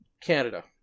Canada